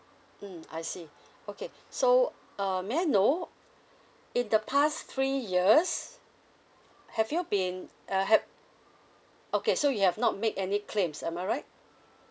mm I see okay so uh may I know in the past three years have you been uh have okay so you have not make any claims am I right